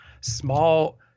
small